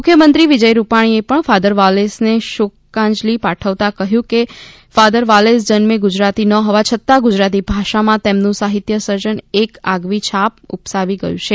મુખ્યમંત્રી વિજય રૂપાણીએ પણ ફાધર વાલેસ ને શોકાંજલિ પાઠવતાં કહ્યું છે કે ફાધર વોલેસ જન્મે ગુજરાતી ન હોવા છતાં ગુજરાતી ભાષા માં તેમનું સાહિત્ય સર્જન એક આગવી છાપ ઉપસાવી ગયું છે